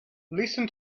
listen